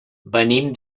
venim